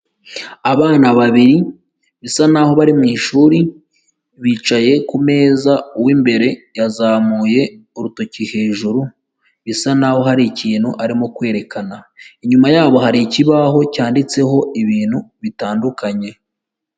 Abana babiri bisa n’aho bari mwishuri bicaye ku meza, uw'imbere yazamuye urutoki hejuru bisa n’aho hari ikintu arimo kwerekana. Inyuma yabo hari ikibaho cyanditseho ibintu bitandukanye.